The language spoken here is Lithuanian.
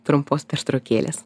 trumpos pertraukėlės